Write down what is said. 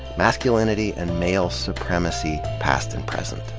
masculinity and male supremacy, past and present.